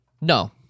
no